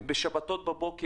לעשות סיבובים בשבת בבוקר,